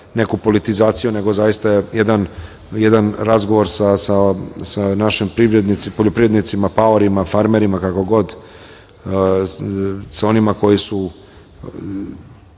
neku politizaciju, nego zaista jedan razgovor sa našim poljoprivrednici, paorima, farmerima, kako god, sa onima koji su